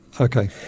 Okay